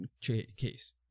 case